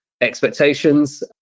expectations